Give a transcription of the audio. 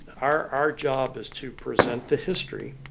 our our job is to present the history.